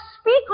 speak